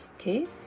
okay